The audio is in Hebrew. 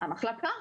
המחלקה.